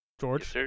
George